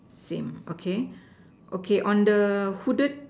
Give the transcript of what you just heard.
same okay okay on the hooded